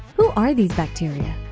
who are these bacteria?